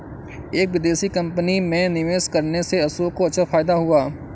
एक विदेशी कंपनी में निवेश करने से अशोक को अच्छा फायदा हुआ